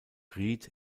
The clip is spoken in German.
ried